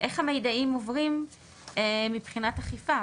איך המיידעים עוברים מבחינת אכיפה.